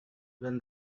when